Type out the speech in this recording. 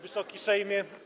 Wysoki Sejmie!